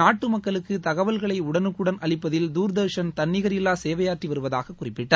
நாட்டு மக்களுக்கு தகவல்களை உடலுக்குடன் அளிப்பதில் தூர்தர்ஷன் தன்ளிகரில்வா சேவையாற்றி வருவதாக குறிப்பிட்டார்